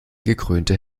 gekrönte